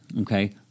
Okay